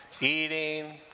eating